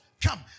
Come